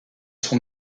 son